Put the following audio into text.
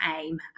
aim